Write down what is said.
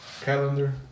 Calendar